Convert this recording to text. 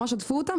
ממש הדפו אותם,